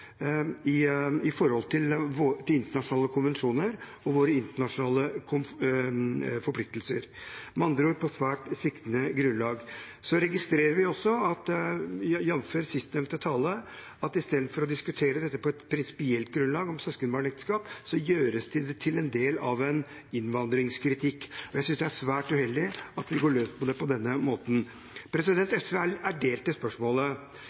i forhold til internasjonale konvensjoner og våre internasjonale forpliktelser – med andre ord på svært sviktende grunnlag. Så registrerer vi også, jf. siste taler, at istedenfor å diskutere dette på et prinsipielt grunnlag om søskenbarnekteskap, gjøres det til en del av en innvandringskritikk. Jeg synes det er svært uheldig at vi går løs på det på denne måten. SV er delt i spørsmålet.